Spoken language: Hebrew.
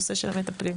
הנושא של המטפלים.